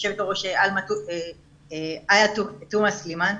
חברת הכנסת תומא סלימאן,